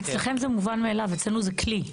אצלכם זה מובן מאליו, אצלנו זה כלי.